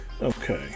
Okay